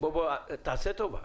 תעשה טובה.